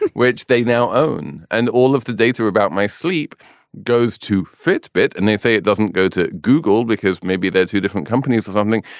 and which they now own. and all of the data about my sleep goes to fitbit. and they say it doesn't go to google because maybe they're two different companies or something.